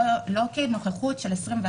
זו לא נוכחות של 24/7,